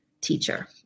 teacher